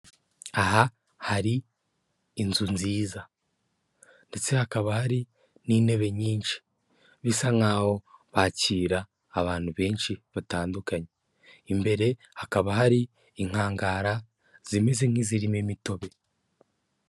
Aha hari inzu nziza, ndetse hakaba hari n'intebe nyinshi, bisa nkaho bakira abantu benshi batandukanye, imbere hakaba hari inkangara zimeze nk'izirimo imitobe.